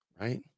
right